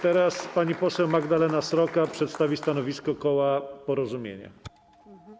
Teraz pani poseł Magdalena Sroka przedstawi stanowisko koła Porozumienie.